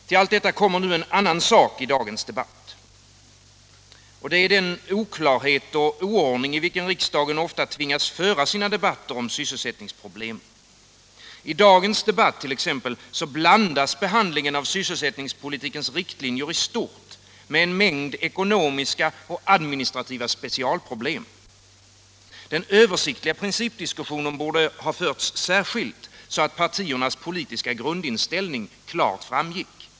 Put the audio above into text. Till allt detta kommer nu en annan sak i dagens debatt. Det är den oklarhet och oordning i vilken riksdagen tvingas föra sina debatter om sysselsättningsproblemen. I dagens debatt blandas t.ex. behandlingen av sysselsättningspolitikens riktlinjer i stort med en mängd ekonomiska och administrativa specialproblem. Den översiktliga principdiskussionen borde ha förts särskilt, så att partiernas politiska grundinställning klart framgick.